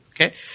Okay